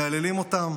מהללים אותם.